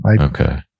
Okay